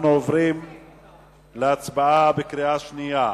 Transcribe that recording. אנחנו עוברים להצבעה בקריאה שנייה.